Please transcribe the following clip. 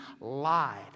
lied